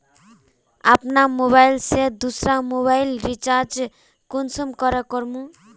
अपना मोबाईल से दुसरा मोबाईल रिचार्ज कुंसम करे करूम?